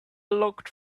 looked